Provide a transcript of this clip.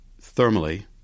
thermally